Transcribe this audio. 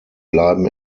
bleiben